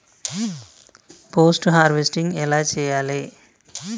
Post harvesting ఎలా చెయ్యాలే?